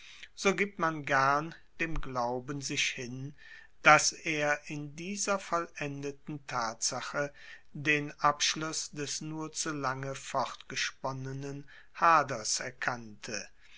so gibt man gern dem glauben sich hin dass er in dieser vollendeten tatsache den abschluss des nur zu lange fortgesponnenen haders erkannte